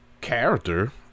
character